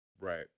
Right